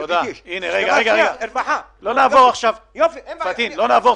גם ברווחה --- לא לעבור סעיף-סעיף.